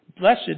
blessed